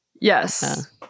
yes